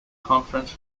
conference